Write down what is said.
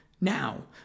now